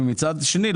מצד שני,